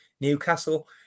Newcastle